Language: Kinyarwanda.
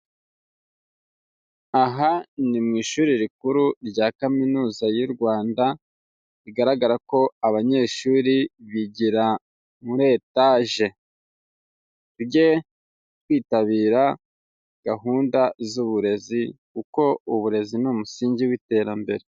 Aha ni mu ishuri rikuru rya kaminuza y'u Rwanda, bigaragara ko abanyeshuri bigira muri etaje, tujye twitabira gahunda z'uburezi kuko uburezi ni umusingi w'iterambere.